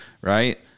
right